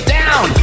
down